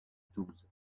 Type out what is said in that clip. tools